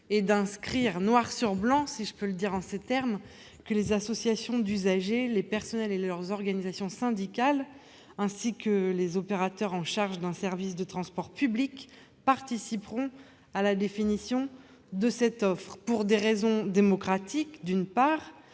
et d'inscrire noir sur blanc que « les associations de représentants d'usagers, les personnels et leurs organisations syndicales, ainsi que les opérateurs en charge d'un service de transport public » participeront à la définition de cette offre, d'une part, pour des raisons démocratiques et, d'autre part,